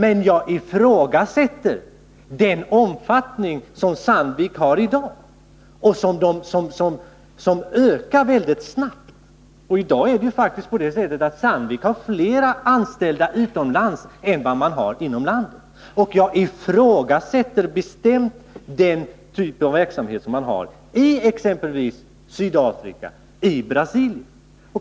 Men jag ifrågasätter den omfattning härav som Sandvik har i dag och som ökar väldigt snabbt. I dag är det faktiskt så att Sandvik har fler anställda 7n utomlands än man har inom landet. Jag ifrågasätter bestämt den typ av verksamhet som man har i exempelvis Sydafrika och Brasilien.